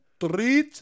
three